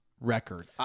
record